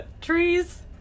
trees